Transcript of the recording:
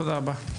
תודה רבה.